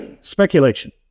Speculation